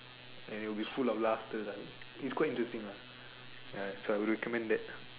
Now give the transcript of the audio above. and then with full of laughters ah it's quite interesting lah so I would recommend that